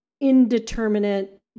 indeterminate